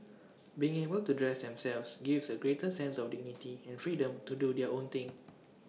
being able to dress themselves gives A greater sense of dignity and freedom to do their own thing